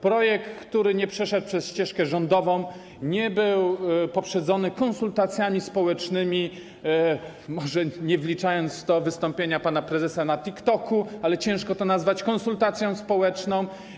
Projekt, który nie przeszedł przez ścieżkę rządową, nie był poprzedzony konsultacjami społecznymi, może nie wliczając w to wystąpienia pana prezesa na TikToku, ale ciężko to nazwać konsultacją społeczną.